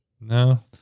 No